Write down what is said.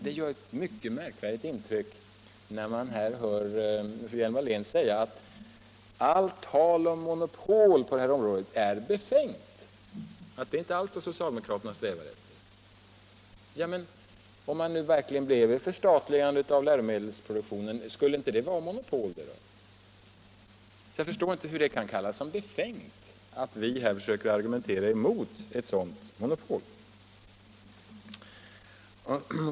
Det gör ett mycket egendomligt intryck när man nu hör fru Hjelm-Wallén säga att allt tal om monopol på detta område är befängt och att det inte alls är det som socialdemokraterna strävar efter. Men om det nu verkligen bleve ett förstatligande av läromedelsproduktionen — skulle då inte det vara ett monopol? Jag förstår inte hur det kan kallas befängt att vi försöker argumentera emot ett sådant monopol.